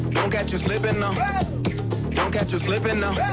don't catch you slippin' up don't catch you slippin'